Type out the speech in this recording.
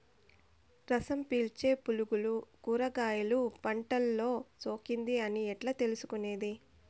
రసం పీల్చే పులుగులు కూరగాయలు పంటలో సోకింది అని ఎట్లా తెలుసుకునేది?